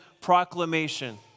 proclamation